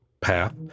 path